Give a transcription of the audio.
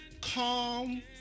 Calm